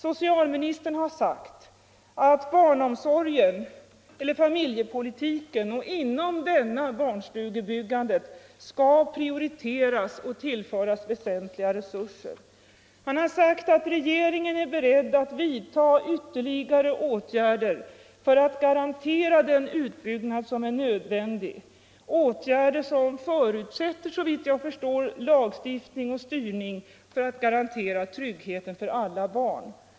Socialministern har sagt att familjepolitiken och inom denna barnstugebyggandet skall prioriteras och tillföras väsentliga resurser. Han har sagt att regeringen är beredd att vidta ytterligare åtgärder för att garantera den utbyggnad som är nödvändig — åtgärder som, såvitt jag förstår, förutsätter lagstiftning och styrning för att garantera tryggheten för alla barn.